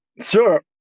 sure